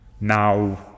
Now